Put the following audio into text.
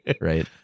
Right